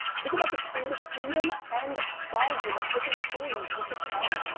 think about the creative freedom and volume of different stories we could tell.